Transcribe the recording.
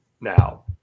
now